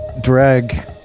drag